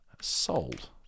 sold